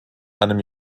einem